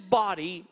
body